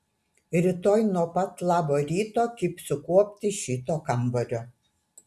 rytoj nuo pat labo ryto kibsiu kuopti šito kambario